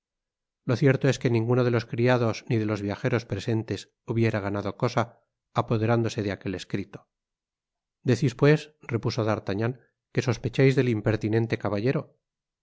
codicia locierto es que ninguno de los criados ni de los viajeros presentes hubiera ganado cosa apoderándose de aquel escrito decís pues repuso d'artagnan que sospechais del impertinente caballero